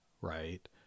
right